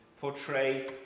portray